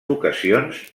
ocasions